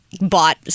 bought